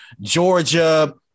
Georgia